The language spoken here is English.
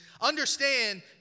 understand